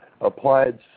applied